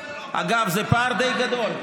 אגב, זה פער די גדול.